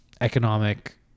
economic